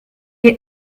est